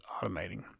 automating